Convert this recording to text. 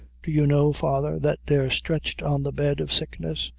do you know, father, that they're stretched on the bed of sickness?